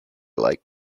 like